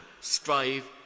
strive